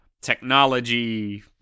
technology